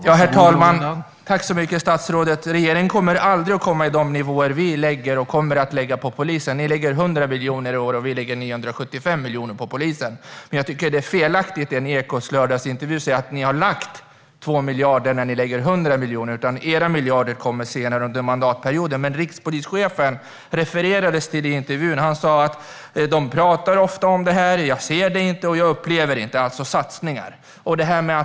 Herr talman! Tack så mycket, statsrådet! Regeringen kommer aldrig att komma upp till de nivåer vi lägger och kommer att lägga på polisen. Ni lägger 100 miljoner i år, och vi lägger 975 miljoner. Jag tycker att det är felaktigt att i Ekots lördagsintervju säga att ni har lagt 2 miljarder när ni lägger 100 miljoner. Era miljarder kommer senare under mandatperioden. Det refererades till rikspolischefen i intervjun, och han sa: De pratar ofta om det här, men jag ser det inte och jag upplever det inte! Det handlade alltså om satsningar.